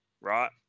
right